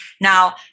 Now